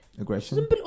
Aggression